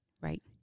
Right